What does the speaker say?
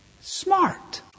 smart